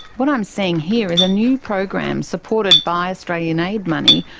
what i'm seeing here is a new program, supported by australian aid money,